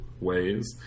ways